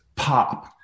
pop